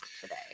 today